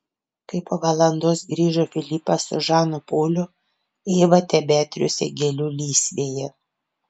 kai po valandos grįžo filipas su žanu poliu eiva tebetriūsė gėlių lysvėje